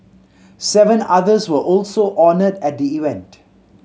seven others were also honoured at the event